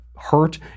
hurt